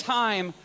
time